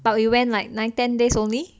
but we went like nine ten days only